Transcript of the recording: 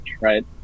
right